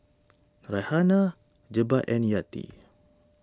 Raihana Jebat and Yati